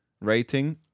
rating